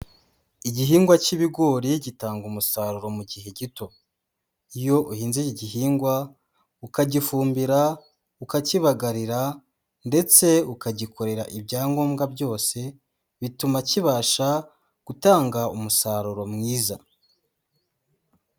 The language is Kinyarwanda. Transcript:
Igihingwa cy'ibigori gitanga umusaruro mu gihe gito. Iyo uhinze iki gihingwa ukagifumbira, ukakibagarira, ndetse ukagikorera ibyangombwa byose bituma kibasha gutanga umusaruro mwiza.